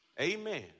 Amen